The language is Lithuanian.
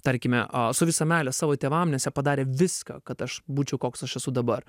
tarkime a su visa meile savo tėvam nes jie padarė viską kad aš būčiau koks aš esu dabar